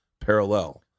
parallel